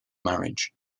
marriage